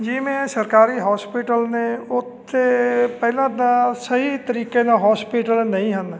ਜਿਵੇਂ ਸਰਕਾਰੀ ਹੋਸਪੀਟਲ ਨੇ ਉਹ ਤਾਂ ਪਹਿਲਾਂ ਤਾਂ ਸਹੀ ਤਰੀਕੇ ਨਾਲ ਹੋਸਪਿਟਲ ਨਹੀਂ ਹਨ